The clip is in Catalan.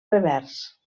revers